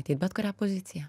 į bet kurią poziciją